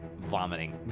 vomiting